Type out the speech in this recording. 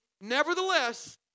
Nevertheless